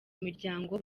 miryango